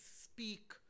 speak